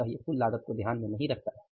अतः ये कुल लागत को ध्यान में नहीं रखता है